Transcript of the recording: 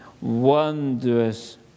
wondrous